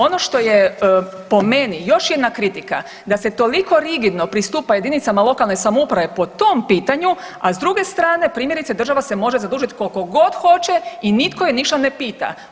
Ono što je po meni, još jedna kritika, da se toliko rigidno pristupa jedinicama lokalne samouprave po tom pitanju, a s druge strane, primjerice država se može zadužiti koliko god hoće i nitko je ništa ne pita.